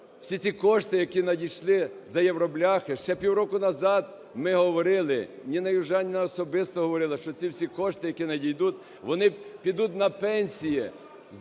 всі ці кошти, які надійшли за "євробляхи", ще півроку назад ми говорили, Ніна Южаніна особисто говорила, що ці всі кошти, які надійдуть, вони підуть на пенсії,